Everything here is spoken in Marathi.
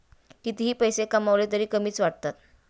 कितीही पैसे कमावले तरीही कमीच वाटतात